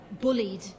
bullied